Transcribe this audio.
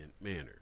manner